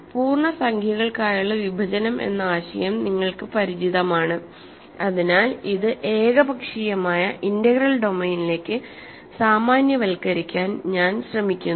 പൂർണ്ണസംഖ്യകൾക്കായുള്ള വിഭജനം എന്ന ആശയം നിങ്ങൾക്ക് പരിചിതമാണ് അതിനാൽ ഇത് ഏകപക്ഷീയമായ ഇന്റഗ്രൽ ഡൊമെയ്നിലേക്ക് സാമാന്യവൽക്കരിക്കാൻ ഞാൻ ശ്രമിക്കുന്നു